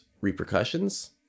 repercussions